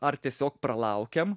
ar tiesiog pralaukiam